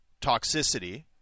toxicity